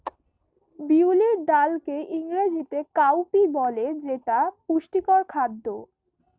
বিউলির ডালকে ইংরেজিতে কাউপি বলে যেটা পুষ্টিকর খাদ্য